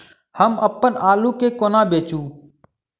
हम अप्पन आलु केँ कोना बेचू?